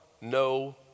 no